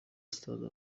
stade